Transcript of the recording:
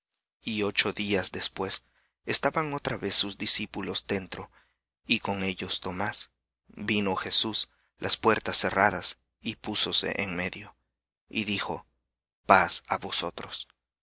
y ocho días después estaban otra vez sus discípulos dentro y con ellos tomás vino jesús las puertas cerradas y púsose en medio y dijo paz á vosotros